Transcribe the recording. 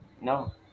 No